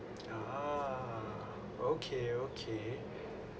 a'ah okay okay